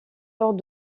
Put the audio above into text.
lors